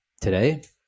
today